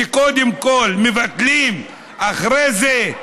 שקודם כול מבטלים ואחרי זה,